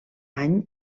any